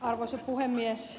arvoisa puhemies